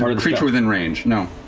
sort of creature within range, no.